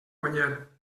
guanyar